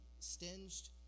stinged